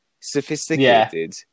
sophisticated